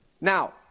Now